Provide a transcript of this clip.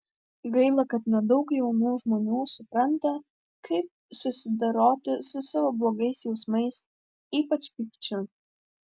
gaila kad nedaug jaunų žmonių supranta kaip susidoroti su savo blogais jausmais ypač pykčiu